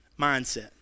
mindset